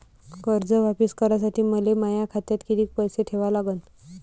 कर्ज वापिस करासाठी मले माया खात्यात कितीक पैसे ठेवा लागन?